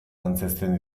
antzezten